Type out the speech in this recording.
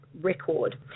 record